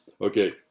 Okay